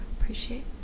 Appreciate